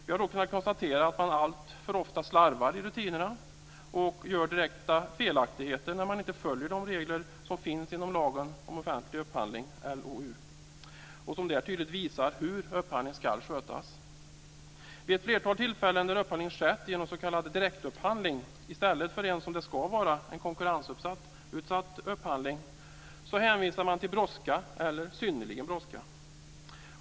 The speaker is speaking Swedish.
Vi har kunnat konstatera att man alltför ofta slarvar i rutinerna och gör direkta felaktigheter, utan att följa de regler som finns i lagen om offentlig upphandling, LOU, och som tydligt visar hur upphandling ska skötas. Vid ett flertal tillfällen där upphandling skett genom s.k. direktupphandling, i stället för som det ska vara en konkurrensutsatt upphandling, hänvisar man till brådska eller synnerligen stor brådska.